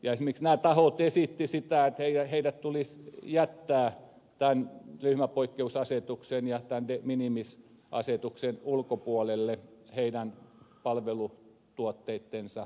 esimerkiksi nämä tahot esittivät sitä että heidät tulisi jättää tämän ryhmäpoikkeusasetuksen ja tämän de minimis asetuksen ulkopuolelle heidän palvelutuotteittensa kohdalta